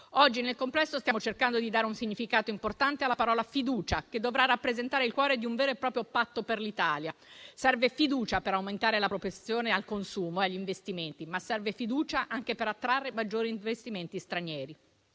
Oggi, nel complesso, stiamo cercando di dare un significato importante alla parola "fiducia", che dovrà rappresentare il cuore di un vero e proprio patto per l'Italia. Serve fiducia per aumentare la propensione al consumo e agli investimenti, ma serve fiducia anche per attrarre maggiori investimenti stranieri.